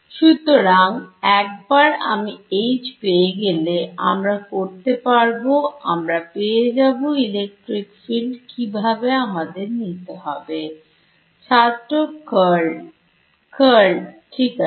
সুতরাং একবার আমি H পেয়ে গেলে আমরা করতে পারবো আমরা পেয়ে যাব electric field কিভাবে আমাদের নিতে হবে ছাত্র Curl Curl ঠিক আছে